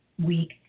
week